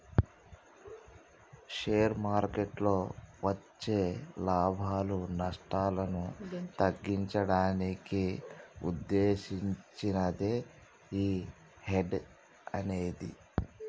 share మార్కెట్టులో వచ్చే లాభాలు, నష్టాలను తగ్గించడానికి వుద్దేశించినదే యీ హెడ్జ్ అనేది